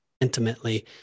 intimately